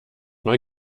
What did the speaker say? mal